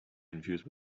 confused